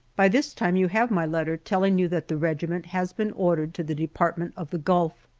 by this time you have my letter telling you that the regiment has been ordered to the department of the gulf.